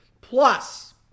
Plus